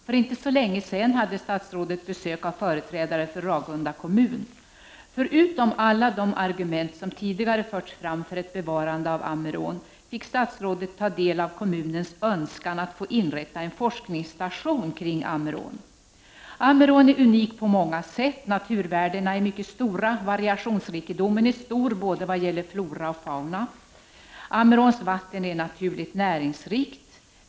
För inte så länge sedan hade statsrådet besök av företrädare för Ragunda kommun. Förutom alla de argument som tidigare förts fram för ett bevarande av Ammerån fick statsrådet ta del av kommunens önskan att få inrätta en forskningsstation kring Ammerån. Ammerån är unik på många sätt. Naturvärdena är mycket stora. Variationsrikedomen är stor, vad gäller både flora och fauna. Ammeråns vatten är naturligt näringsrikt.